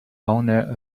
owner